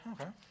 okay